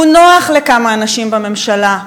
הוא נוח לכמה אנשים בממשלה.